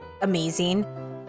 amazing